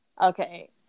okay